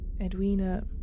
Edwina